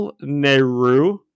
Nehru